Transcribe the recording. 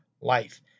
life